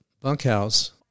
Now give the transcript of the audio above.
bunkhouse